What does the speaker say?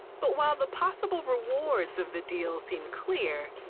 but while the possible rewards of the deal seem clear,